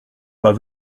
pas